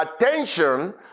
attention